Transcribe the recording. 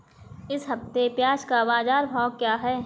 इस हफ्ते प्याज़ का बाज़ार भाव क्या है?